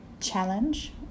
challenge